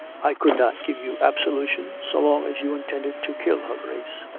i could not give you absolution so long as you intended to kill her grace.